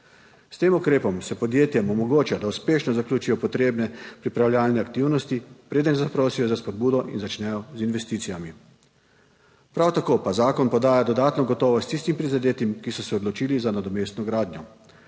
S tem ukrepom se podjetjem omogoča, da uspešno zaključijo potrebne pripravljalne aktivnosti, preden zaprosijo za spodbudo in začnejo z investicijami. Prav tako pa zakon podaja dodatno gotovost tistim prizadetim, ki so se odločili za nadomestno gradnjo.